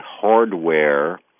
hardware